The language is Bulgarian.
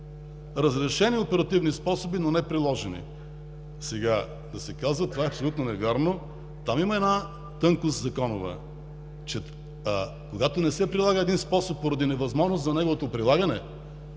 разрешени оперативни способи, но не приложени. Сега, да се казва това, е абсолютно невярно! Има една законова тънкост там, че когато не се прилага един способ поради невъзможност за неговото прилагане,